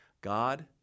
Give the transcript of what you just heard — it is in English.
God